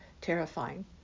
terrifying